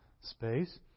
space